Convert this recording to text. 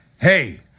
Hey